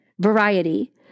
variety